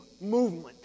movement